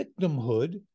victimhood